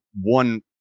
one